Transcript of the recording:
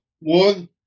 one